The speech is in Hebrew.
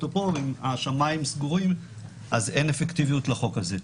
פה כך שאם השמיים סגורים אין אפקטיביות לחוק הזה.